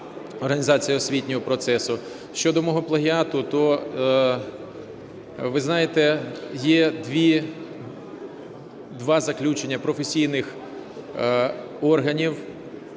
організації освітнього процесу. Щодо мого плагіату, то ви знаєте, є два заключення професійних органів,